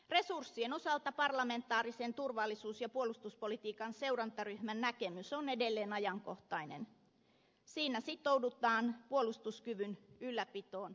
resurssien osalta parlamentaarisen turvallisuus ja puolustuspolitiikan seurantaryhmän näkemys on edelleen ajankohtainen siinä sitoudutaan puolustuskyvyn ylläpitoon ja kehittämiseen